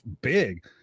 big